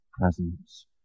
presence